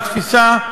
בתפיסה,